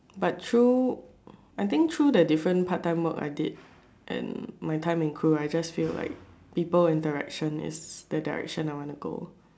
but through I think through the different part time work I did and my time in crew I just feel like people interaction is the direction I want to go